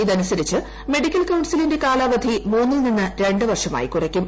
ഇതനുസരിച്ച് മെഡിക്കൽ കൌൺസിലിന്റെ കാലാവധി മൂന്നിൽ നിന്ന് രണ്ട് വർഷമായി കുറയ്ക്കും